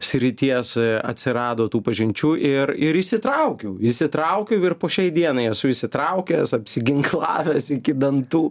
srities atsirado tų pažinčių ir ir įsitraukiau įsitraukiau ir po šiai dienai esu įsitraukęs apsiginklavęs iki dantų